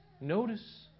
notice